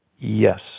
yes